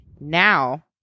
Now